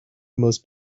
most